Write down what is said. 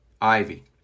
Ivy